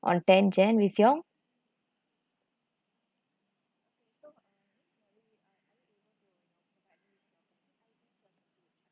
on ten jan with you all